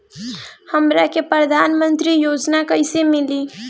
हमरा के प्रधानमंत्री योजना कईसे मिली?